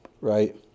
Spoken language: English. right